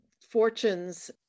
fortunes